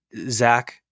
Zach